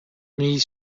nii